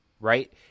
Right